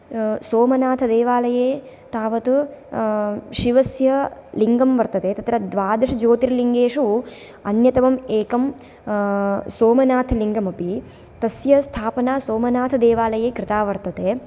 सोमनाथदेवालये तावत् शिवस्य लिङ्गं वर्तते तत्र द्वादशज्योतिर्लिङ्गेषु अन्यतमम् एकं सोमनाथलिङ्गमपि तस्य स्थापना सोमनाथदेवालये कृता वर्तते